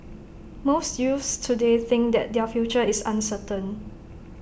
most youths today think that their future is uncertain